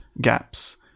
gaps